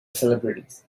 celebrities